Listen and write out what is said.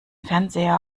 fernseher